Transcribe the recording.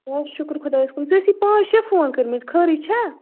بَس شُکُر خۄدایَس کُن ژےٚ ٲسِی پانٛژھ شےٚ فون کٔرمٕتۍ خٲرٕے چھا